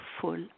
Full